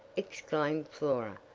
exclaimed flora.